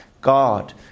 God